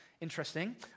Interesting